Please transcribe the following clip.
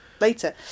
later